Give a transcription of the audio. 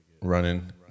running